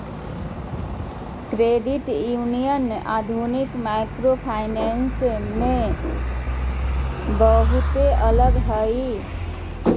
credit union आधुनिक microfinance से बहुते अलग हय